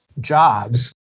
jobs